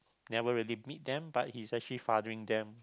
never really meet them but he's actually fathering them